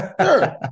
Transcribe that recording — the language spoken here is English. Sure